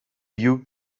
you